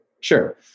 Sure